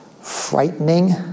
frightening